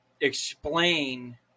explain